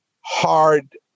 hard